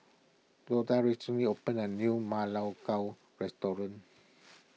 Loda recently opened a new Ma Lai Gao restaurant